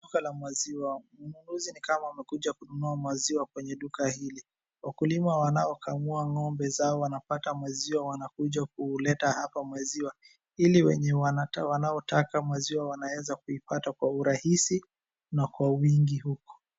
Duka la maziwa. Mnunuzi ni kama amekuja kununua maziwa kwenye duka hili. Wakulima wanao kamua ng'ombe zao wanapata maziwa wanakuja kuleta hapa maziwa, ili wenye wanaotaka maziwa wanaweza kuipata kwa urahisi, na kwa wingi huku.